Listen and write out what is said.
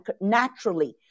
naturally